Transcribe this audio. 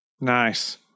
Nice